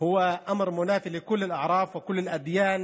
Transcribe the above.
הוא דבר אשר נוגד את כל הנורמות ואת כל הדתות.